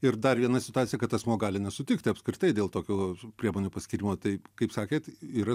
ir dar viena situacija kad asmuo gali nesutikti apskritai dėl tokių priemonių paskyrimo tai kaip sakėt yra